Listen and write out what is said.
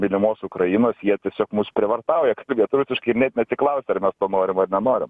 mylimos ukrainos jie tiesiog mus prievartauja kalbėt rusiškai ir net neatsiklausia ar mes to norim ar nenorim